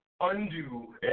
undo